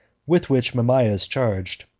with which mamaea is charged,